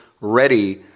ready